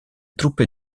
truppe